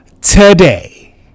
today